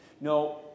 No